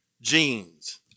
Jeans